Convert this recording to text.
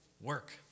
work